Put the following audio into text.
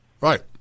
Right